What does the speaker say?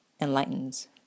enlightens